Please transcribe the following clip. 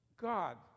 God